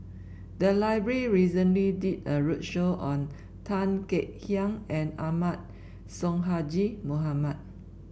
the library recently did a roadshow on Tan Kek Hiang and Ahmad Sonhadji Mohamad